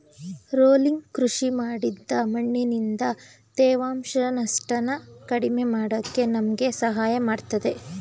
rolling ಕೃಷಿ ಮಾಡಿದ್ ಮಣ್ಣಿಂದ ತೇವಾಂಶದ ನಷ್ಟನ ಕಡಿಮೆ ಮಾಡಕೆ ನಮ್ಗೆ ಸಹಾಯ ಮಾಡ್ತದೆ